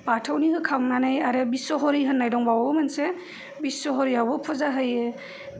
बाथौनि होखांनानै आरो बिस्स'हरि होननाय दंबावो मोनसे बिस्स'हरियावबो फुजा होयो